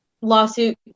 lawsuit